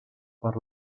per